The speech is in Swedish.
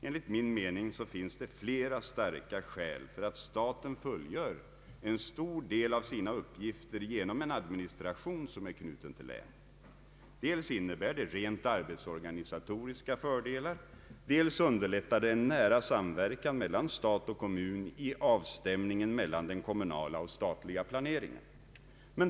Enligt min mening finns det flera starka skäl för att staten fullgör en stor del av sina uppgifter genom en administration som är knuten till länen, Dels innebär det rent arbetsorganisatoriska fördelar, dels underlättar det en nära samverkan mellan stat och kommun i avstämningen mellan den kommunala och statliga planeringen.